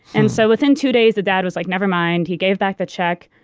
and so within two days, the dad was like, nevermind. he gave back the check,